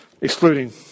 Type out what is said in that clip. Excluding